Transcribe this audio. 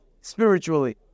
spiritually